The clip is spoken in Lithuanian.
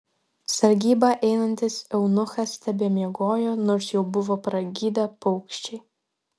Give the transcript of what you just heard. sargybą einantis eunuchas tebemiegojo nors jau buvo pragydę paukščiai